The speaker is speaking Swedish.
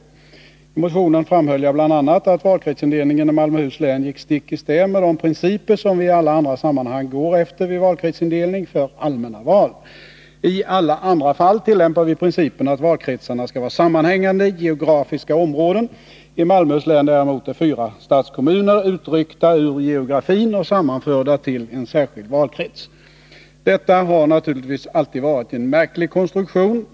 I den motionen framhöll jag bl.a. att valkretsindelningen i Malmöhus län gick stick i stäv med de principer som vi i alla andra sammanhang går efter vid valkretsindelning för allmänna val. I alla andra fall tillämpar vi principen att valkretsarna skall vara sammanhängande geografiska områden. I Malmöhus län däremot är fyra stadskommuner utryckta ur geografin och sammanförda till en särskild valkrets. Detta har naturligtvis alltid varit en märklig konstruktion.